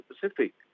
Pacific